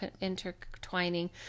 intertwining